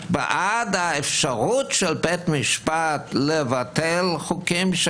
אני בעד האפשרות של בית משפט לבטל חוקים,